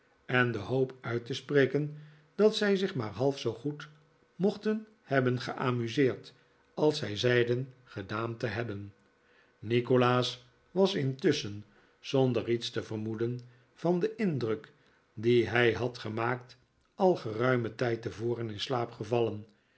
en de hoop uit te spreken dat zij zich maar half zoo goed mochten hebben geamuseerd als zij zeiden gedaan te hebben nikolaas was intusschen zonder iets te vermoeden van den indruk dien hij had gemaakt al geruimen tijd tevoren in slaap gevallen